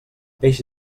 peix